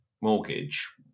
mortgage